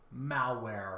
malware